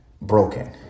broken